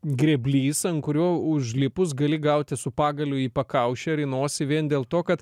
grėblys ant kurio užlipus gali gauti su pagaliu į pakaušį ar į nosį vien dėl to kad